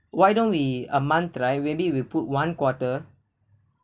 why don't we a month right maybe we put one quarter